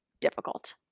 difficult